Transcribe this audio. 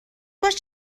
باش